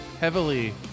heavily